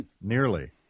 Nearly